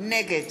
נגד